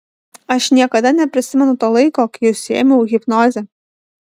aš niekada neprisimenu to laiko kai užsiėmiau hipnoze